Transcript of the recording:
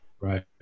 Right